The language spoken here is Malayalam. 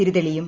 തിരി തെളിയും